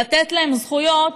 לתת להם זכויות,